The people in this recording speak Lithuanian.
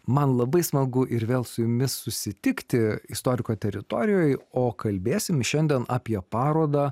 man labai smagu ir vėl su jumis susitikti istoriko teritorijoje o kalbėsime šiandien apie parodą